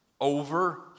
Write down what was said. over